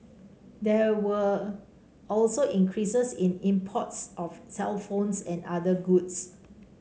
there were also increases in imports of cellphones and other goods